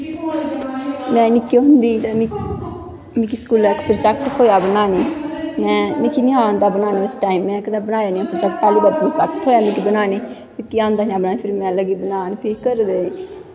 में निक्की होंदी ही ते मिगी स्कूला दा इक प्रजैक्ट थ्होया बनानें गी मिगी नेंई हा आंदा बनाना उस टाईम में कदैं बनाया नी प्रोजैक्ट पैह्ली बारी प्रोजैक्ट थ्होया मिगी बनानें गी मिगी आंदा गै नी हा फ्ही घर आह्ले